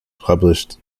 published